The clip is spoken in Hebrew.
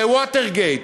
זה "ווטרגייט",